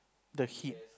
the heat